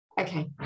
Okay